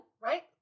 right